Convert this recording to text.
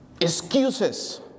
Excuses